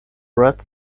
red